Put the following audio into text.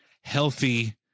Healthy